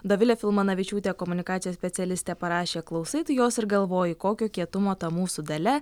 dovilė filmanavičiūtė komunikacijos specialistė parašė klausai tu jos ir galvoji kokio kietumo ta mūsų dalia